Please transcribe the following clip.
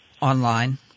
online